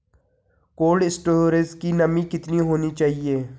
Cold storage की नमी कितनी होनी चाहिए?